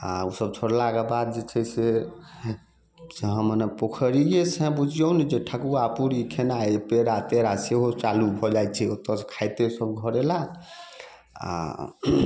आ ओसब छोड़लाके बाद जे छै से से अहाँ मने पोखरिए से सहए बुझियौ ने ठकुआ पूरी खेनाइ पेड़ा तेड़ा सेहो चालू भऽ जाइत छै ओतेक से खाइते सब घर अयला आ